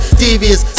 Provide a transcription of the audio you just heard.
devious